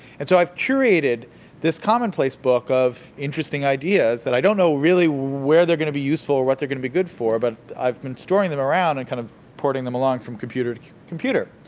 and so, i've curated this commonplace book of interesting ideas that i don't know really where they're gonna be useful or what they're gonna be good for, but i've been storing them around and kind of porting them along from computer to computer.